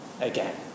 again